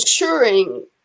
ensuring